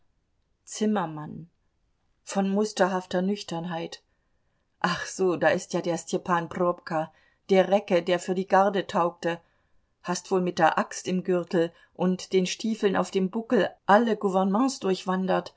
zimmermann von musterhafter nüchternheit ach so da ist ja der stepan probka der recke der für die garde taugte hast wohl mit der axt im gürtel und den stiefeln auf dem buckel alle gouvernements